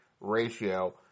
ratio